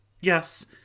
Yes